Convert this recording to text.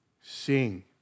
sing